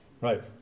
Right